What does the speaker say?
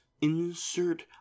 insert